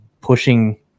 pushing